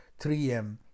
3M